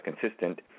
consistent